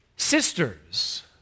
Sisters